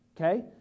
Okay